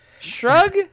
Shrug